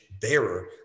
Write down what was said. bearer